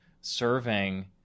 serving